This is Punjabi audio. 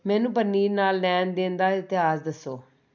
ਮੈਨੂੰ ਪ੍ਰਨੀਤ ਨਾਲ ਲੈਣ ਦੇਣ ਦਾ ਇਤਿਹਾਸ ਦੱਸੋ